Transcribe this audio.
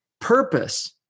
purpose